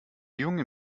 jungen